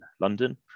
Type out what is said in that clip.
London